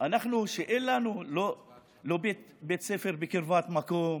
אין לנו לא בית ספר בקרבת מקום,